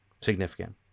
significant